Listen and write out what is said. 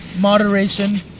Moderation